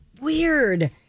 Weird